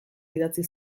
idatzi